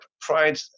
pride